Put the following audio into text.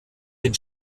den